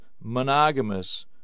monogamous